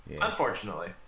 unfortunately